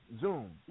Zoom